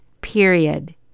period